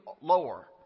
lower